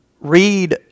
read